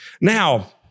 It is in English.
Now